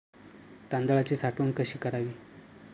तांदळाची साठवण कशी करावी?